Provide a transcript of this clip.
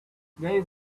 there